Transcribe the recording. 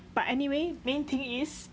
but anyway main thing is